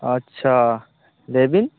ᱟᱪᱪᱷᱟ ᱞᱟ ᱭᱵᱤᱱ